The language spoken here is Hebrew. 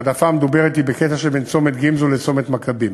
ההעדפה המדוברת היא בקטע שבין צומת גמזו לצומת מכבים,